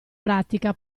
pratica